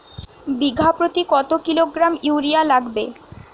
বিঘাপ্রতি কত kilogram urea লাগবে?